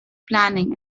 planning